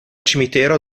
cimitero